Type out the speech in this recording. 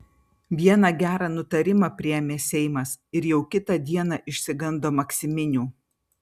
vieną gerą nutarimą priėmė seimas ir jau kitą dieną išsigando maksiminių